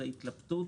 היא ההתלבטות